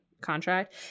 contract